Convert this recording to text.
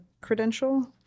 credential